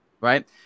right